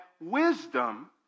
wisdom